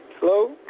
Hello